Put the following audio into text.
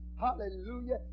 Hallelujah